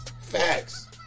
Facts